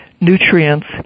nutrients